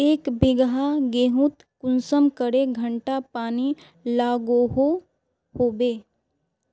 एक बिगहा गेँहूत कुंसम करे घंटा पानी लागोहो होबे?